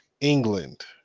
England